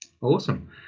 Awesome